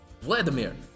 vladimir